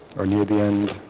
or near the end